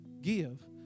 Give